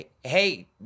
hey